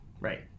Right